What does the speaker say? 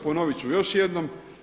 Ponovit ću još jednom.